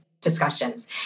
discussions